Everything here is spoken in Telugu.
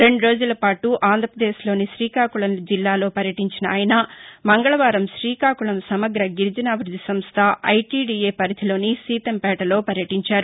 రెండు రోజుల పాటు ఆంధ్రప్రదేశ్లోని తీకాకుళం జిల్లాలో పర్యటించిన ఆయన మంగళవారం శ్రీకాకుళం సమగ్ర గిరిజనాభివృద్ది సంస్ట ఐటీడీఏ పరిధిలోని సీతంపేటలో పర్యటించారు